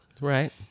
Right